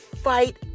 fight